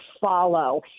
follow